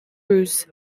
roos